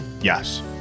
Yes